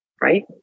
right